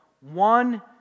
one